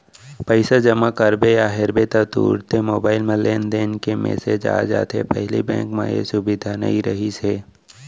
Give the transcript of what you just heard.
पइसा जमा करबे या हेरबे ता तुरते मोबईल म लेनदेन के मेसेज आ जाथे पहिली बेंक म ए सुबिधा नई रहिस हे